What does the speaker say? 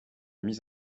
mise